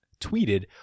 tweeted